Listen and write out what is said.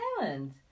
island